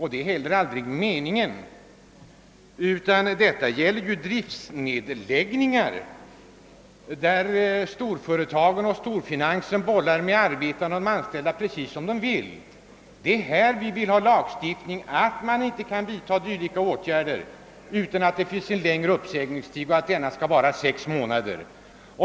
Den uppsägningstid vi nu diskuterar gäller ju driftsnedläggningar, då storföretagen och storfinansen bollar med de anställda precis som de vill. Det är här vi vill ha en lagstiftning, som förbjuder arbetsgivarna att vidta dylika åtgärder utan en längre uppsägningstid, och vi föreslår att denna skall vara sex månader.